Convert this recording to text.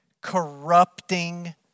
corrupting